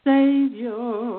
Savior